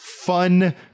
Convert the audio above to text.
fun